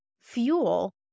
fuel